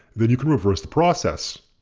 then you can reverse the process.